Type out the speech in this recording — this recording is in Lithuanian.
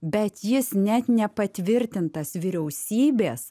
bet jis net nepatvirtintas vyriausybės